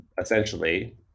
essentially